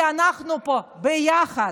כי אנחנו פה ביחד.